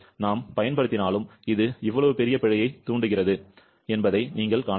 நாம் பயன்படுத்தினாலும் இது இவ்வளவு பெரிய பிழையைத் தூண்டுகிறது என்பதை நீங்கள் காணலாம்